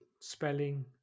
spelling